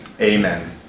amen